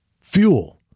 Fuel